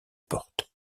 porte